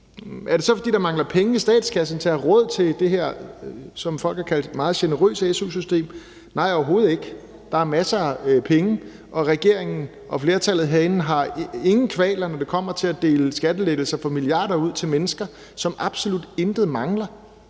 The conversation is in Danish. Er det så, fordi der mangler penge i statskassen til at have råd til det her, som folk har kaldt et meget generøst su-system? Nej, overhovedet ikke, der er masser af penge, og regeringen og flertallet herinde har ingen kvaler, når det kommer til at dele skattelettelser for milliarder ud til mennesker, som absolut intet mangler